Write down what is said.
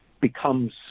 becomes